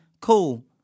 Cool